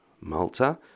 malta